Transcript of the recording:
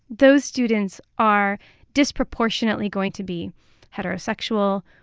those students are disproportionately going to be heterosexual,